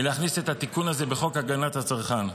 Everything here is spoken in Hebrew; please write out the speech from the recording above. להכניס את התיקון הזה בחוק להגנת הצרכן.